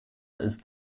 ist